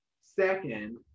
Second